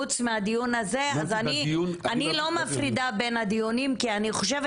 אני לא מפרידה בין הדיונים כי אני חושבת